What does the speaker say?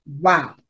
wow